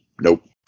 nope